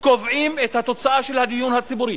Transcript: אסור שיהיה דיון ציבורי.